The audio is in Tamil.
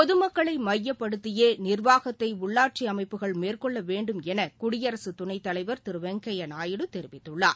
பொதுமக்களை மையப்படுத்தியே நிர்வாகத்தை உள்ளாட்சி அமைப்புகள் மேற்கொள்ள வேண்டும் என குடியரசு துணைத்தலைவர் திரு வெங்கைய நாயுடு தெரிவித்துள்ளார்